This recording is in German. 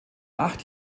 acht